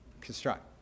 construct